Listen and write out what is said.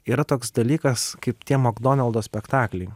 yra toks dalykas kaip tie magdonaldo spektakliai